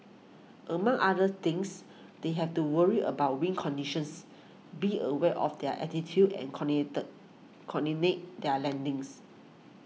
among other things they have to worry about wind conditions be aware of their altitude and coordinate their landings